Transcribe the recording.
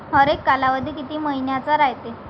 हरेक कालावधी किती मइन्याचा रायते?